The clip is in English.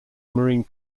marine